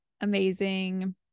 amazing